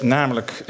Namelijk